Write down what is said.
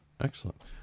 excellent